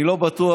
אני לא בטוח